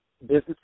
business